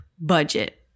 budget